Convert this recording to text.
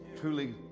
Truly